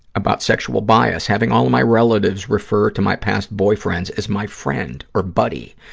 about sexual bias. having all of my relatives refer to my past boyfriends as my friend or buddy,